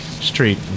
street